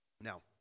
Now